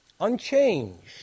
unchanged